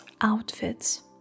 outfits